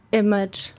image